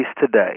today